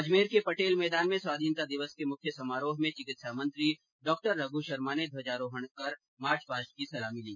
अजमेर के पटेल मैदान में स्वाधीनता दिवस के मुख्य समारोह में चिकित्सा मंत्री डॉ रघू शर्मा ने ध्वजारोहण की मार्च पास्ट की सलामी ली